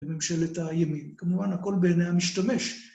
וממשלת הימין. כמובן, הכל בעיני המשתמש.